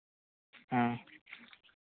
ᱦᱮᱸ